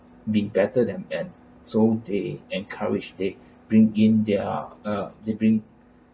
be better than men so they encourage they bring in their uh they bring